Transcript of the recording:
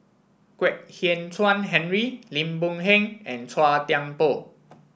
Kwek Hian Chuan Henry Lim Boon Heng and Chua Thian Poh